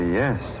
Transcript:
yes